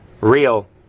Real